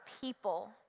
people